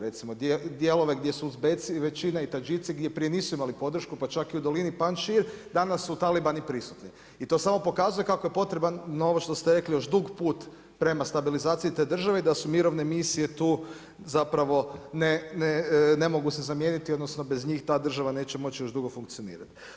Recimo dijelovi gdje su Uzbeci većina i Tadžijci gdje prije nisu imali podršku pa čak i u dolini Panšir, danas su talibani prisutni i to samo pokazuje kako je potreban ovo što ste rekli, još dug put prema stabilizaciji te države i da su mirovne misije tu, ne mogu se zamijeniti odnosno bez njih ta država neće moći još dugo funkcionirati.